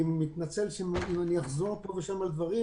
אני מתנצל אם אני אחזור פה ושם על דברים,